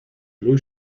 blue